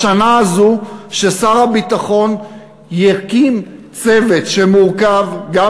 בשנה הזו ששר הביטחון יקים צוות שמורכב גם